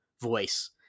voice